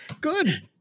Good